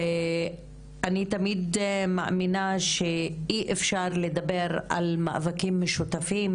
ואני תמיד מאמינה שאי אפשר לדבר על מאבקים משותפים,